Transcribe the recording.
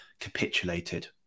capitulated